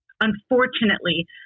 unfortunately